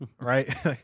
Right